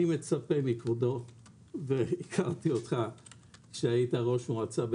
אני הייתי בדיזינגוף סנטר,